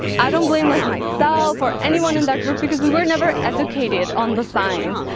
i don't blame like myself or anyone in that group because we were never educated on the signs.